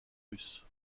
russe